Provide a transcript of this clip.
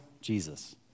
Jesus